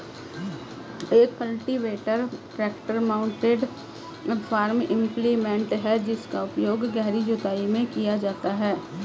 एक cultivator tractor mounted farm implement है जिसका उपयोग गहरी जुताई में किया जाता है